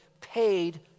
paid